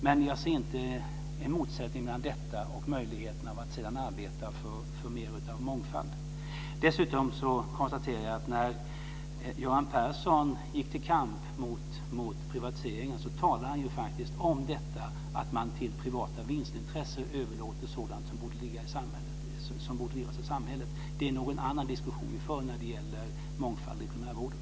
Men jag ser inte en motsättning mellan detta och möjligheten att sedan arbeta för mer av mångfald. Dessutom konstaterar jag att när Göran Persson gick till kamp mot privatiseringen talade han faktiskt om detta att man till privata vinstintressen överlåter sådant som borde drivas av samhället. Det är nog en annan diskussion vi för när det gäller mångfald i primärvården.